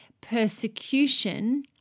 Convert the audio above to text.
Persecution